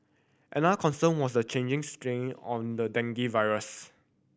another concern was the changing strain on the dengue virus